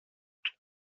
του